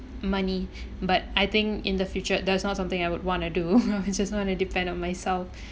money but I think in the future that's not something I would wanna do I just want to depend on myself